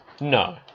no